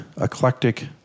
eclectic